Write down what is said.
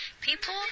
People